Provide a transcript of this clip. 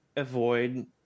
Avoid